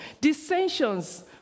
dissensions